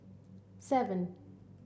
seven